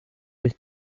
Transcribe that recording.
with